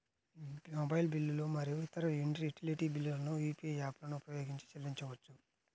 mobile బిల్లులు మరియు ఇతర యుటిలిటీ బిల్లులను యూ.పీ.ఐ యాప్లను ఉపయోగించి చెల్లించవచ్చు